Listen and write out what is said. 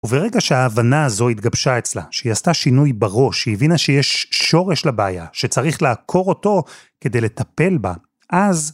וברגע שההבנה הזו התגבשה אצלה, שהיא עשתה שינוי בראש, שהיא הבינה שיש שורש לבעיה, שצריך לעקור אותו כדי לטפל בה, אז...